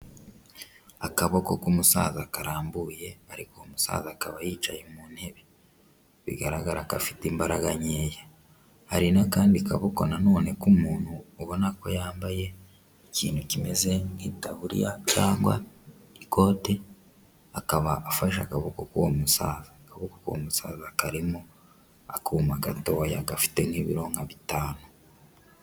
Akaboko k'umusaza karambuye ariko uwo musaza akaba yicaye mu ntebe. Bigaragara ko afite imbaraga nkeya. Hari n'akandi kaboko nanone k'umuntu ubona ko yambaye ikintu kimeze nk'itaburiya cyangwa ikote, akaba afasha akaboko k'uwo musaza. Akaboko k'uwo musaza karimo akuma gatoya gafite nk'ibiro nka bitanu.